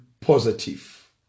positive